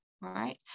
right